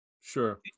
sure